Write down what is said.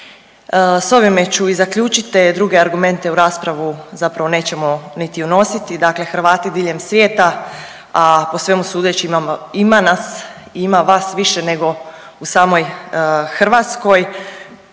S ovime ću i zaključiti te druge argumente u raspravu zapravo nećemo niti unositi. Dakle, Hrvati diljem svijeta, a po svemu sudeći imamo, ima nas, ima vas više nego u samoj Hrvatskoj